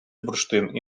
бурштин